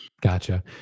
Gotcha